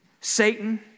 Satan